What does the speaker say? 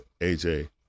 AJ